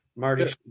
Marty